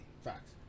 Facts